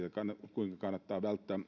kuinka kannattaa